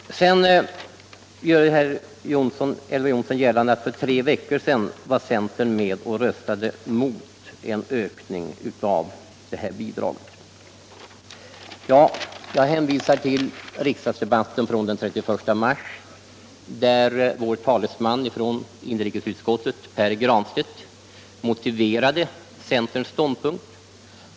Sedan gör herr Elver Jonsson gällande att för tre veckor sedan var centern med och röstade emot en ökning av detta bidrag. Jag hänvisar till riksdagsdebatten den 31 mars där vår talesman från inrikesutskottet, Pär Granstedt, motiverade centerns ståndpunkt.